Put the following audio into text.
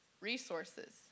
resources